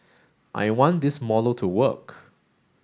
I want this model to work